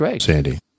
Sandy